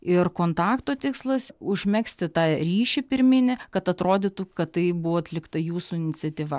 ir kontakto tikslas užmegzti tą ryšį pirminį kad atrodytų kad tai buvo atlikta jūsų iniciatyva